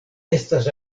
estas